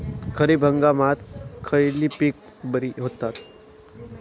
खरीप हंगामात खयली पीका बरी होतत?